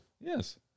Yes